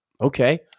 Okay